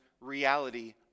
reality